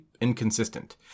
inconsistent